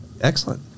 Excellent